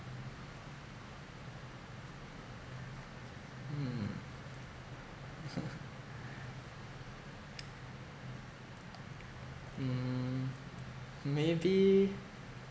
mm this one's mm maybe